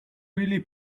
really